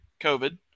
COVID